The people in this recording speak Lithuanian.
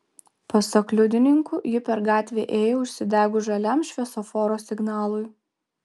pasak liudininkų ji per gatvę ėjo užsidegus žaliam šviesoforo signalui